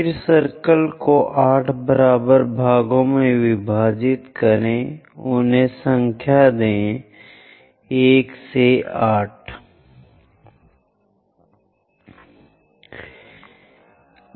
फिर सर्कल को 8 बराबर भागों में विभाजित करें उन्हें संख्या दें 1 2 3 4 5 6 7 और 8